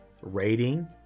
rating